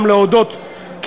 גם להודות,